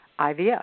IVF